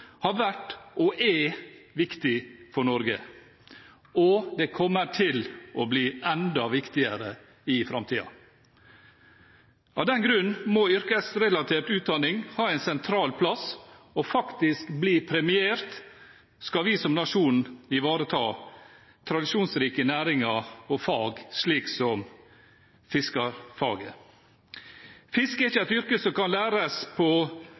har vært – og er – viktig for Norge, og det kommer til å bli enda viktigere i framtiden. Av den grunn må yrkesrelatert utdanning ha en sentral plass og faktisk bli premiert hvis vi som nasjon skal ivareta tradisjonsrike næringer – og fag, slik som fiskerfaget. Fiske er ikke et yrke som kan læres på